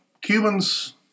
Cubans